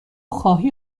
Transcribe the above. خواهی